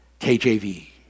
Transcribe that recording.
KJV